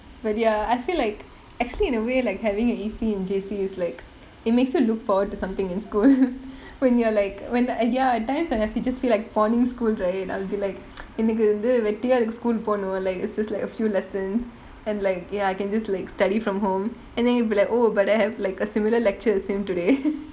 but ya I feel like actually in a way like having an E_C in J_C is like it makes you look forward to something in school when you're like when there are times when I just feel like boarding school right I'll be like இன்னைக்கு வந்து வெட்டியா:innaikku vanthu vettiyaa school போகணும்:poganum it's just like a few lessons and like ya I can just like study from home and then you'll be like oh but I have like a similar lecture as him today